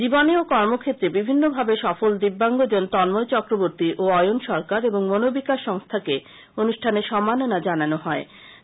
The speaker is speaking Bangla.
জীবনে ও কর্মক্ষেত্রে বিভিন্নভাবে সফল দিব্যাঙ্গজন তন্ময় চক্রবর্তী ও অয়ন সরকার এবং মনোবিকাশ সংস্থাকে অনুষ্ঠানে সম্মাননা জানানো হয়